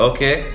Okay